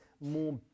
more